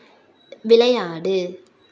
விளையாடு